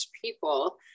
people